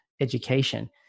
education